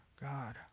God